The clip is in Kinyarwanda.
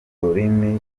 rurimi